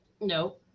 No